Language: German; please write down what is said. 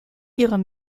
ihre